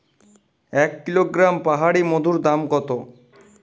এক কিলোগ্রাম পাহাড়ী মধুর দাম কত?